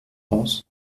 penses